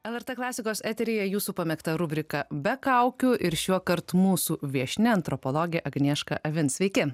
lrt klasikos eteryje jūsų pamėgta rubrika be kaukių ir šiuokart mūsų viešnia antropologė agnieška avin sveiki